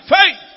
faith